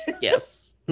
Yes